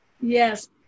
Yes